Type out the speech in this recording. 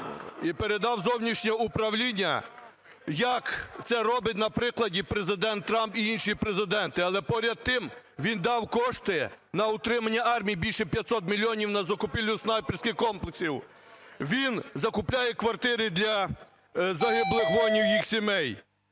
і передав у зовнішнє управління, як це робить, наприклад, президент Трамп і інші президенти. Але поряд з тим він дав кошти на утримання армії більше 500 мільйонів на закупівлю снайперських комплексів, він закупляє квартири для загиблих воїнів та їх сімей.